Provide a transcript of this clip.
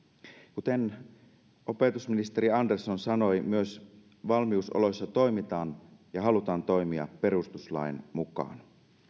kuten opetusministeri andersson sanoi myös valmiusoloissa toimitaan ja halutaan toimia perustuslain mukaan